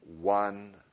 one